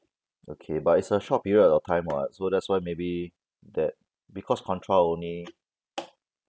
okay but it's a short period of time [what] so that's why maybe that because contra only